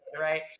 right